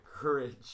courage